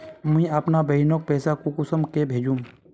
मुई अपना बहिनोक पैसा कुंसम के भेजुम?